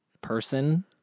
person